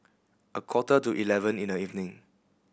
a quarter to eleven in the evening